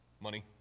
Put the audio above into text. money